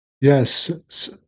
Yes